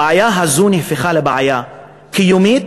הבעיה הזאת נהפכה לבעיה קיומית,